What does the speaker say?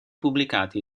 pubblicati